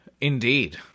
Indeed